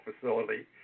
facility